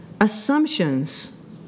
assumptions